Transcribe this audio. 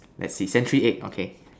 let's see century egg okay